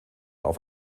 auf